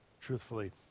truthfully